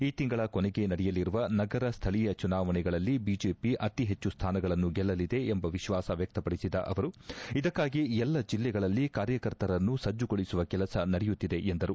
ಈ ತಿಂಗಳ ಕೊನೆಗೆ ನಡೆಯಲಿರುವ ನಗರ ಸ್ಥಳೀಯ ಚುನಾವಣೆಗಳಲ್ಲಿ ಬಿಜೆಪಿ ಅತಿ ಹೆಚ್ಚು ಸ್ವಾನಗಳನ್ನು ಗೆಲ್ಲಲಿದೆ ಎಂಬ ವಿಶ್ವಾಸ ವ್ಯಕ್ತ ಪಡಿಸಿದ ಅವರು ಇದಕ್ಕಾಗಿ ಎಲ್ಲ ಜಿಲ್ಲೆಗಳಲ್ಲಿ ಕಾರ್ಯಕರ್ತರನ್ನು ಸಜ್ಜುಗೊಳಿಸುವ ಕೆಲಸ ನಡೆಯುತ್ತಿದೆ ಎಂದರು